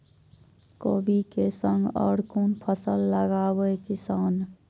कोबी कै संग और कुन फसल लगावे किसान?